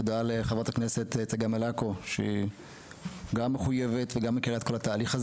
תודה לחברת הכנסת צגה מלקו שמחויבת ומכירה את כל התהליך.